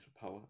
power